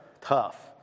Tough